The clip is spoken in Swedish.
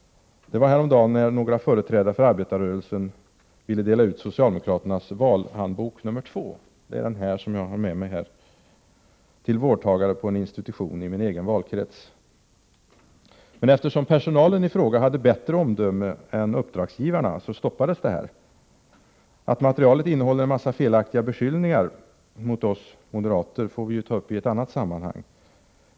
Häromda gen ville några företrädare för arbetarrörelsen dela ut socialdemokraternas valhandbok nr 2— det är den som jag har här — till vårdtagare på en institution i min egen valkrets. Men eftersom personalen där hade bättre omdöme än uppdragsgivarna stoppades det. Att materialet innehåller en mängd felaktiga beskyllningar mot oss moderater får vi ta upp i ett annat sammanhang.